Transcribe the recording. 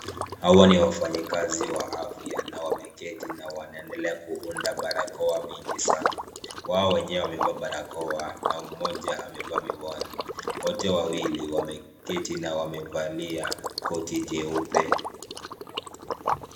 Hawa ni wafanyikazi wa afya na wameketi na wanaendelea kuunda barakoa mingi sana. Wao wenyewe wamevaa barakoa na mmoja amevaa miwani. Wote wawili wameketi na wamevalia koti jeupe.